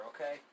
okay